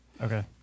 Okay